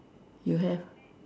you have